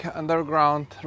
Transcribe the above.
underground